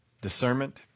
discernment